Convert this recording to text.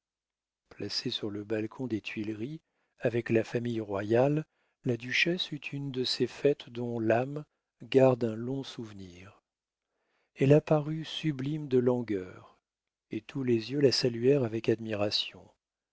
placée sur le balcon des tuileries avec la famille royale la duchesse eut une de ces fêtes dont l'âme garde un long souvenir elle apparut sublime de langueur et tous les yeux la saluèrent avec admiration